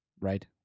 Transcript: Right